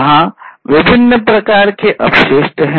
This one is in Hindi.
वहाँ विभिन्न प्रकार के अपशिष्ट हैं